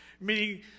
meaning